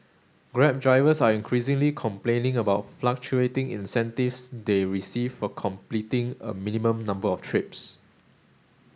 grab drivers are increasingly complaining about fluctuating incentives they receive for completing a minimum number of trips